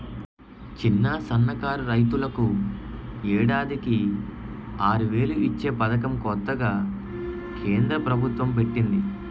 చిన్న, సన్నకారు రైతులకు ఏడాదికి ఆరువేలు ఇచ్చే పదకం కొత్తగా కేంద్ర ప్రబుత్వం పెట్టింది